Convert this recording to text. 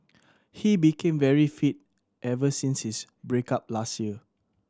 he became very fit ever since his break up last year